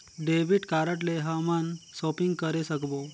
Debit card ले हमन shopping करे सकबो?